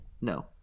no